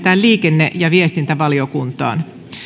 liikenne ja viestintävaliokuntaan